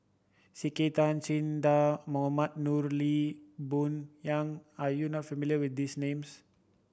C K Tang Che Dah Mohamed Noor Lee Boon Yang are you not familiar with these names